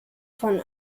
von